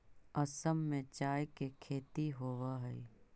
असम में चाय के खेती होवऽ हइ